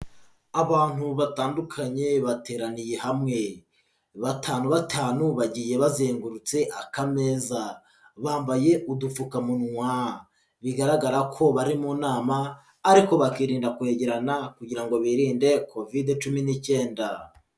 Abantu batandukanye bateraniye hamwe. Batanu batanu bagiye bazengurutse akameza, bambaye udupfukamunwa, bigaragara ko bari mu nama ariko bakirinda kwegerana kugira ngo birinde Kovide cumi n'icyenda.